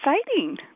exciting